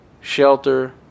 shelter